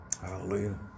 Hallelujah